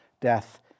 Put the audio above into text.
death